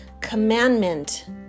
commandment